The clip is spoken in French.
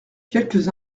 quelques